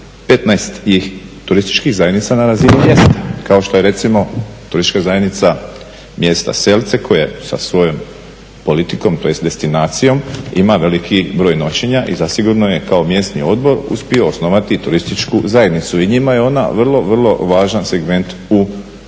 15 je turističkih zajednica na razini mjesta kao što je recimo turistička zajednica mjesta Selce koje sa svojom politikom, tj. destinacijom ima veliki broj noćenja i zasigurno je kao mjesni odbor uspio osnovati turističku zajednicu i njima je ona vrlo, vrlo važan segment u razvoju